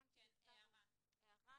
כן, הערה.